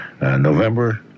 November